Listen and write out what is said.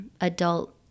adult